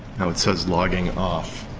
now it says logging off.